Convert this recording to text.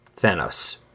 Thanos